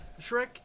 Shrek